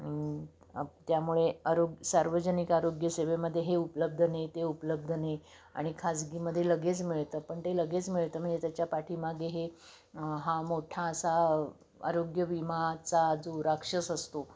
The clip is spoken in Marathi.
आणि त्यामुळे आरोग्य सार्वजनिक आरोग्यसेवेमध्ये हे उपलब्ध नाही ते उपलब्ध नाही आणि खाजगीमध्ये लगेच मिळतं पण ते लगेच मिळतं म्हणजे त्याच्या पाठीमागे हे हा मोठा असा आरोग्य विम्याचा जो राक्षस असतो